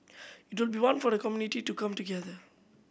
it will be one for the community to come together